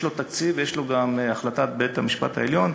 יש לו תקציב ויש לו גם החלטת בית-המשפט העליון